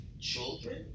children